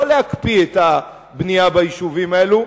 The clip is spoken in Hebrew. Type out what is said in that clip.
לא להקפיא את הבנייה ביישובים האלו,